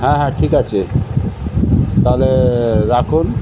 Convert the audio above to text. হ্যাঁ হ্যাঁ ঠিক আছে তাহলে রাখুন